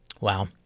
Wow